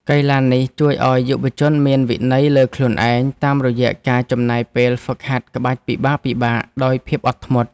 កីឡានេះជួយឱ្យយុវជនមានវិន័យលើខ្លួនឯង តាមរយៈការចំណាយពេលហ្វឹកហាត់ក្បាច់ពិបាកៗដោយភាពអត់ធ្មត់។